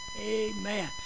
Amen